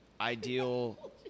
Ideal